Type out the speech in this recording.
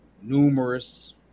numerous